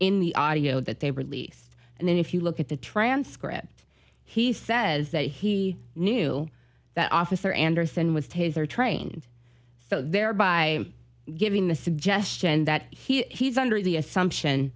in the audio that they released and then if you look at the transcript he says that he knew that officer anderson with his are trained so thereby giving the suggestion that he's under the assumption